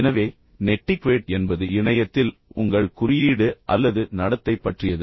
எனவே நெட்டிக்வேட் என்பது இணையத்தில் உங்கள் குறியீடு அல்லது நடத்தை பற்றியது